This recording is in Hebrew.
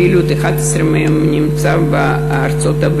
הפעילות של 11 מהם נמצאת בארצות-הברית,